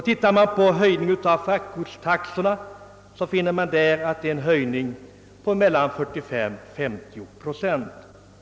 De sammanlagda höjningarna av fraktgodstaxorna under ifrågavarande period uppgår till 50 procent.